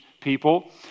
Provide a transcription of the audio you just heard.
people